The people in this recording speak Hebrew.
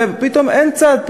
ופתאום אין צד,